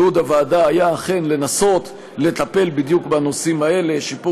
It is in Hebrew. ייעוד הוועדה היה אכן לנסות לטפל בדיוק בנושאים האלה: שיפור